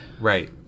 right